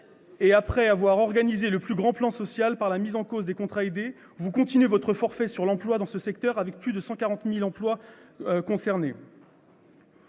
et après avoir organisé le plus grand plan social par la remise en cause des contrats aidés, vous continuez votre forfait sur l'emploi dans ce secteur, avec plus de 140 000 emplois concernés.